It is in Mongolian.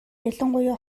ялангуяа